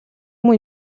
муу